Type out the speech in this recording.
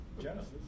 Genesis